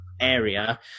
area